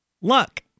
luck